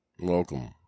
welcome